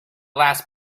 last